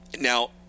Now